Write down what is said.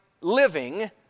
living